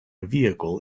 vehicle